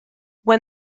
when